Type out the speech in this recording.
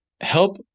help